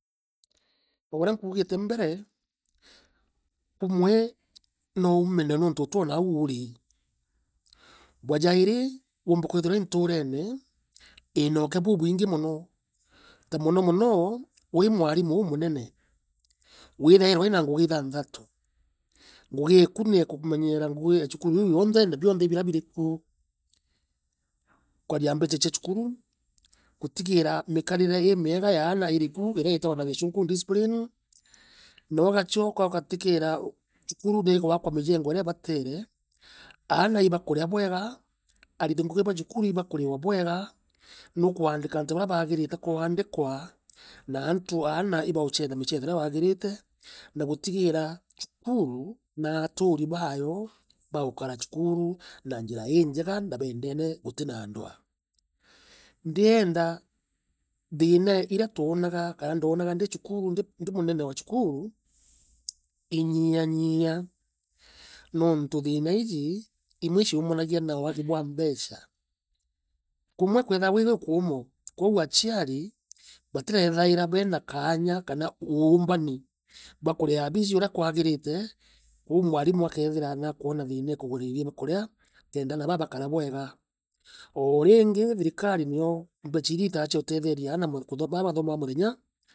o urea nkuugite mbere, kumwe no uume nontu utio naau urii. Bwa jairi, woomba kwithirwa wi nturene iina ukea bubwingi mono, ta mono. monooo, wi mwarimu uumunene, withairwa wina ngugi ithaanthatu, ngugi eeku nia kumenyeera ngui e cukuru iiu yoonthe. na bionthe biria biri kuu. Gukaria mbecha cia cukuru, gutigiira mikarire iimienga ya aana iriku, iria iitagwa na gichunku discipine, na ugachooka ugatigira cukuru mijengo iria ibatiire, aana ibakurea bwega, ariti ngugi ba cukuru ibakuriwa bwegaa, nuukuandika aantu barea baagirite kuaandikwa na antu, aana ibauchetha michetho ira yaagirite, na gutigiira cukuru na atuuri baayo baukara cukuru na njira iingeja na beendene gutina ndwaa. Ndienda thiina irea twonaga, kana ndoonaga ndi cukuru ndi ndi munene wa cukuru. inyianyiia nontu thiina iiji, imwe ciaumanagia na waagi bwa mbecha. Kumwe kwethairwa kwi guukumu, kwou achiari, batireethaira baina kaanya kana uumbani bwa kurea bichi urea kwagiriite, kwou mwarimu akethira nakwona thiina e kugura irio bia kurea kenda aana baa bakara bwega. Oo ringi thirikari, neo mbecha ira iitaa cia utetheria aana kuthoma, baa bathomaa muthenya.